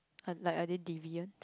uh like are they deviant